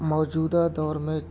موجودہ دور میں